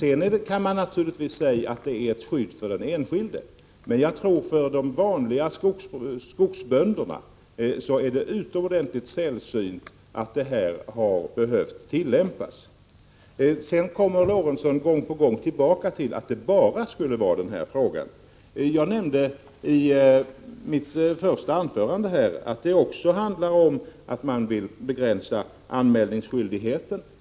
Man kan säga att det är ett skydd för den enskilde, men för de vanliga skogsbönderna har det behövt tillämpas vid ytterst sällsynta tillfällen. Lorentzon kommer gång på gång tillbaka till att det bara är på en punkt som vi skiljer oss åt. Jag nämnde i mitt huvudanförande att det här också handlar om att moderaterna vill begränsa anmälningsskyldigheten.